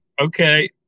Okay